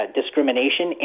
discrimination